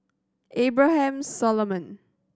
Abraham Solomon